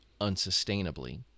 unsustainably